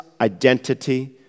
identity